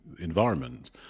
environment